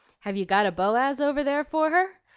have you got a boaz over there for her?